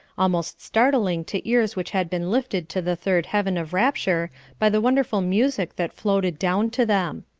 almost startling to ears which had been lifted to the third heaven of rapture by the wonderful music that floated down to them.